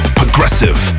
progressive